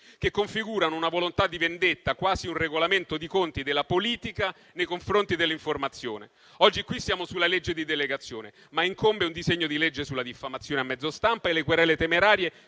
che configurano una volontà di vendetta, quasi un regolamento di conti della politica nei confronti dell'informazione. Oggi qui siamo sulla legge di delegazione, ma incombe un disegno di legge sulla diffamazione a mezzo stampa e le querele temerarie